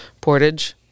portage